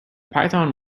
python